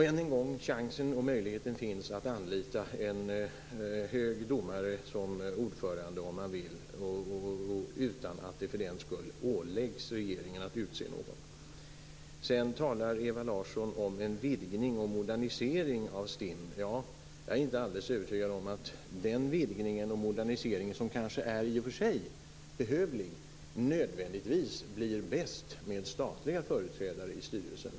Än en gång: Chansen och möjligheten finns att anlita en hög domare som ordförande, om man vill, utan att det för den skull åläggs regeringen att utse någon. Sedan talar Ewa Larsson om en vidgning och en modernisering av STIM. Ja, jag är inte alldeles övertygad om att den vidgning och modernisering som i och för sig kan vara behövlig nödvändigtvis blir bäst med statliga företrädare i styrelsen.